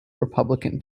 republican